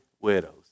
widows